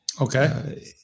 Okay